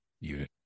unit